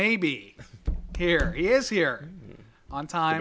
maybe here is here on time